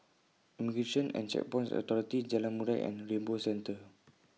Immigration and Checkpoints Authority Jalan Murai and Rainbow Centre